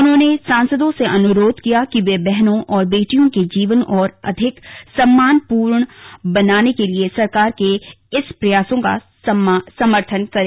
उन्होंने सांसदों से अनुरोध किया कि वे बहनों और बेटियों के जीवन को और अधिक सम्मानपूर्ण बनाने के लिए सरकार के इन प्रयासों का समर्थन करें